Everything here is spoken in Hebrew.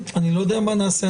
אני לא יודע מה נעשה,